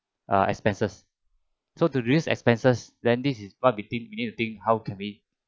uh expenses so the reduce expenses then this is what we think what we need to think how can we